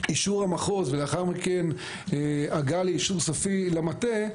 אישור המחוז ולאחר מכן הגעה לאישור סופי למטה,